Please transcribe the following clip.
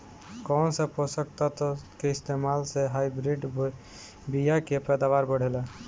कौन से पोषक तत्व के इस्तेमाल से हाइब्रिड बीया के पैदावार बढ़ेला?